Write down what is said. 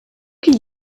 que